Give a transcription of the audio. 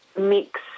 mix